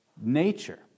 nature